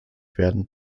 werden